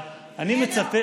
חבר הכנסת